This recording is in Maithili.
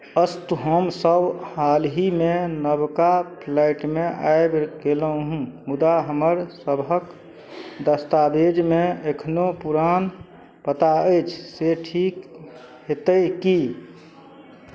अस्तु हमसभ हालहिमे नवका फ्लैटमे आबि गेलहुँ मुदा हमर सभके दस्तावेजमे एखनहु पुरान पता अछि से ठीक हेतै कि